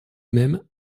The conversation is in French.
mêmes